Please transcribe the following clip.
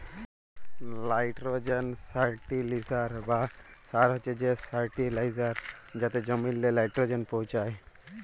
nitrogen fertiliser বা সার হছে সে ফার্টিলাইজার যাতে জমিল্লে লাইট্রোজেল পৌঁছায়